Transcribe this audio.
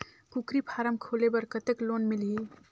कूकरी फारम खोले बर कतेक लोन मिलही?